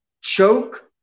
Choke